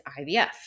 IVF